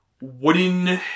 wooden